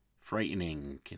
Frightening